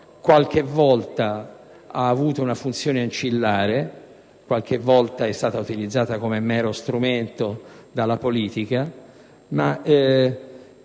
qualche volta ha avuto una funzione ancillare, altre volte è stata utilizzata come mero strumento dalla politica.